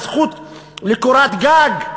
הזכות לקורת גג,